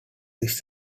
this